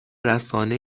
رسانه